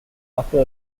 after